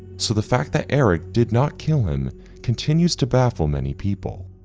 so the fact that eric did not kill him continues to baffle many people.